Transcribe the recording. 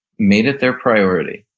made it their priority,